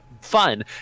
fun